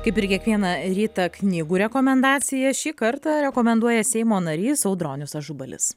kaip ir kiekvieną rytą knygų rekomendacija šį kartą rekomenduoja seimo narys audronius ažubalis